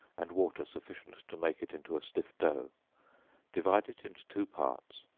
and water sufficient to make it into a stiff dough divide it into two parts,